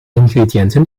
ingrediënten